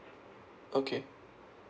okay